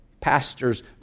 pastors